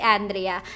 Andrea